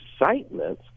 excitement